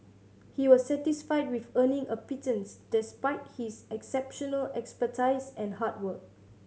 he was satisfied with earning a pittance despite his exceptional expertise and hard work